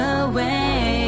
away